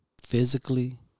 physically